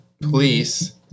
police